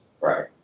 Right